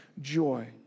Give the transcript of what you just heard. joy